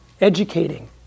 educating